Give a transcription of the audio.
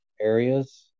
areas